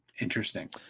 interesting